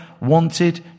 wanted